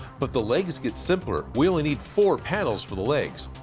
but the legs get simpler. we only need four panels for the legs.